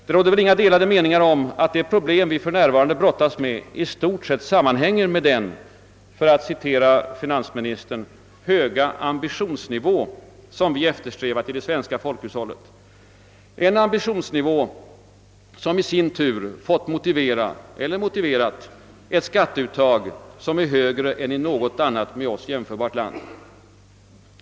Det råder väl inga delade meningar om att de problem vi för närvarande brottas med i stort sett sammanhänger med den — för att citera finansministern — »höga ambitionsnivå» som eftersträvats i det svenska folkhushållet, en ambitionsnivå som i sin tur fått motivera ett skatteuttag som är högre än i något annat med Sverige jämförbart land.